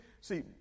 see